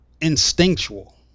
instinctual